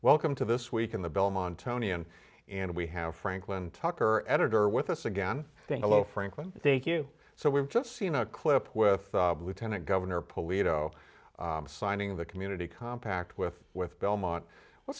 welcome to this week in the belmont tony and and we have franklin tucker editor with us again i think a little franklin thank you so we've just seen a clip with lieutenant governor polito signing the community compact with with belmont well